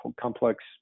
complex